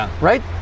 right